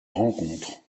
rencontre